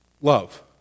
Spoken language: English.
love